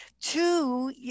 two